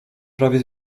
prawie